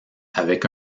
avec